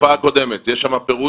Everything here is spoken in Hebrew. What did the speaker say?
התקופה הקודמת, יש שם פירוט.